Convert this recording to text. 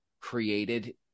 created